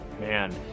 Man